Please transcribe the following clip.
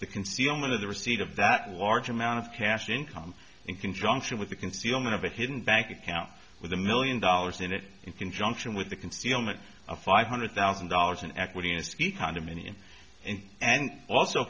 of the receipt of that large amount of cash income in conjunction with the concealment of a hidden bank account with a million dollars in it in conjunction with the concealment of five hundred thousand dollars in equity in a ski condominium and and also